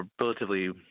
relatively